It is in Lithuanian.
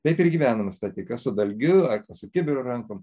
taip ir gyvenome stati kas su dalgiu ar kas su kibiru rankoj